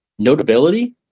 Notability